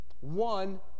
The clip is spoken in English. one